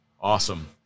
Awesome